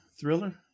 Thriller